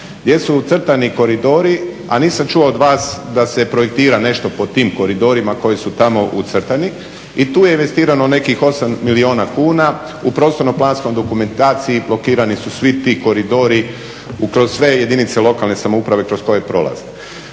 gdje su ucrtani koridori, a nisam čuo od vas da se projektira nešto pod tim koridorima koji su tamo ucrtani. I tu je investirano nekih 8 milijuna kuna, u prostorno planskom dokumentaciji blokirani su svi ti koridori kroz sve jedinice lokalne samouprave kroz koje je prolazila.